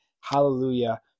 Hallelujah